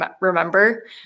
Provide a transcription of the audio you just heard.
remember